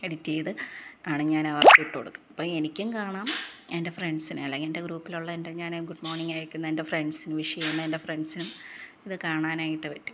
edit ചെയ്ത് ആണ് ഞാനവര്ക്ക് ഇട്ടു കൊടുക്കുന്നത് അപ്പം എനിക്കും കാണാം എന്റെ ഫ്രണ്ട്സിന് അല്ലെങ്കിൽ എന്റെ ഗ്രൂപ്പിലുള്ള എൻ്റെ ഞാൻ ഗുഡ് മോര്ണിംഗ് അയയ്ക്കുന്ന എന്റെ ഫ്രണ്ട്സിനും വിഷ് ചെയ്യുന്ന എന്റെ ഫ്രണ്ട്സിനും ഇത് കാണാനായിട്ട് പറ്റും